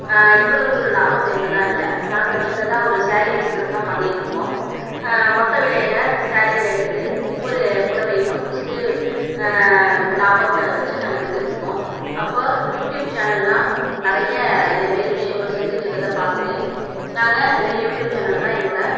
இவ்வளவு ஒரு லாபம் இருந்ததாக இல்லை நாங்கள் சின்னதாக ஒரு சேரீ பிஸ்னஸ்தான் பண்ணிகிட்டுருக்கோம் மொத்த விலையில் சேரீகளை எடுத்து ஒவ்வொரு புடவையும் ஒரு சிறு லாபத்தை வச்சு நாங்கள் விற்றுட்டுருக்கோம் அப்போது யூடியூப் சேனலெலாம் நிறைய இதே மாரி விஷயங்கள் செஞ்சுட்டு இருக்கறதை பார்த்துட்டு நாங்கள் அதே மாரி யூடியூப் சேனலில்தான் எங்களோட